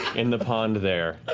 in the pond there.